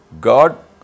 God